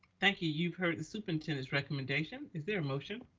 thank you. you've heard the superintendent's recommendation. is there motion?